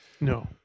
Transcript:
no